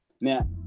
now